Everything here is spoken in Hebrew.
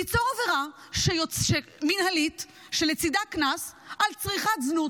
ליצור עבירה מינהלית שלצידה קנס על צריכת זנות.